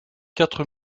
quatre